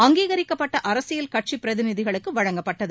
அங்கீகரிக்கப்பட்ட அரசியல் கட்சி பிரதிநிதிகளுக்கு வழங்கப்பட்டது